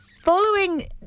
Following